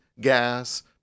gas